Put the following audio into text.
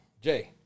Jay